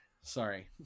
Sorry